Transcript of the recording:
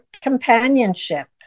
companionship